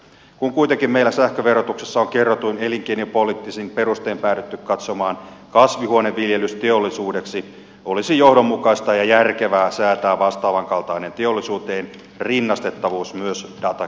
kun kuitenkin meillä sähkön verotuksessa on kerrotuin elinkeinopoliittisin perustein päädytty katsomaan kasvihuoneviljelys teollisuudeksi olisi johdonmukaista ja järkevää säätää vastaavankaltainen teollisuuteen rinnastettavuus myös datakeskustoiminnalle